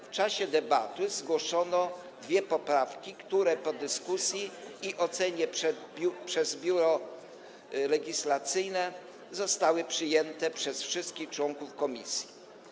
W czasie debaty zgłoszono dwie poprawki, które po dyskusji i ocenie przez Biuro Legislacyjne zostały przyjęte przez wszystkich członków komisji.